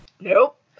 Nope